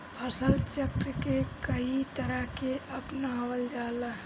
फसल चक्र के कयी तरह के अपनावल जाला?